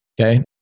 okay